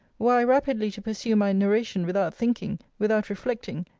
were i rapidly to pursue my narration, without thinking, without reflecting,